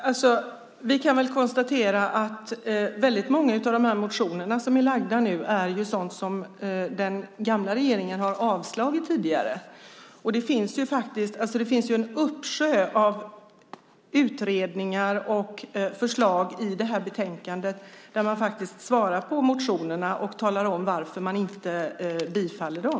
Fru talman! Vi kan konstatera att väldigt många av de motioner som har lagts fram handlar om sådant som den gamla regeringen tidigare har sagt nej till. Det finns en uppsjö av utredningar och förslag. I betänkandet svarar utskottet på motionerna och talar om varför man inte bifaller dem.